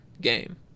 game